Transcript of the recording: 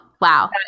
wow